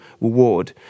reward